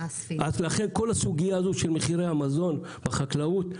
כל הסוגיה של מחירי המזון בעולם החקלאות,